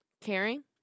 Caring